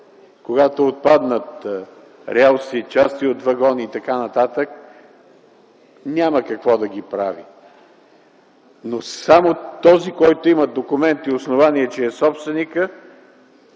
Когато в БДЖ отпаднат релси, части от вагони и т.н., няма какво да ги прави. Но само този, който има документ и основание, че е собственик,